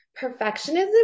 perfectionism